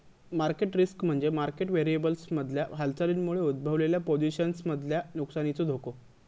market risk म्हणजे market व्हेरिएबल्समधल्या हालचालींमुळे उद्भवलेल्या पोझिशन्समधल्या नुकसानीचो धोको